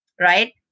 right